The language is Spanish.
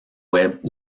web